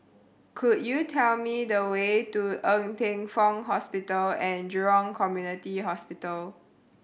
could you tell me the way to Ng Teng Fong Hospital And Jurong Community Hospital